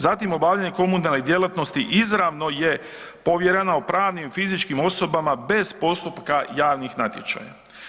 Zatim obavljanje komunalnih djelatnosti izravno je povjereno pravnim i fizičkim osobama bez postupka javnih natječaja.